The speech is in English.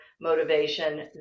motivation